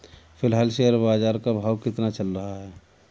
फिलहाल शेयर बाजार का भाव कितना चल रहा है?